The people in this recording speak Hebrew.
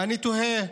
אני תוהה